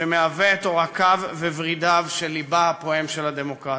שמהווה את עורקיו וורידיו של לבה הפועם של הדמוקרטיה.